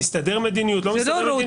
מסתדר מדיניות לא מסתדר.